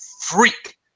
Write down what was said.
freak